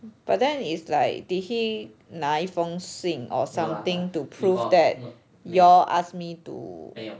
but then is like did he 拿一封信 or something to prove that you all asked me to